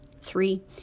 Three